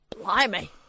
blimey